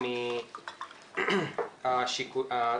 את יושבת-הראש על התפקיד החדש ולאחל